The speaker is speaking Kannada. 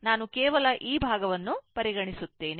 ನಾನು ಕೇವಲ ಈ ಭಾಗವನ್ನು ಪರಿಗಣಿಸುತ್ತೇನೆ